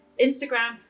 Instagram